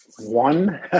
One